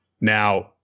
Now